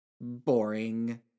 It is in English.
boring